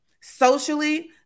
socially